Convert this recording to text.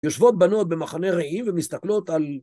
‫יושבות בנות במחנה רעים ומסתכלות על...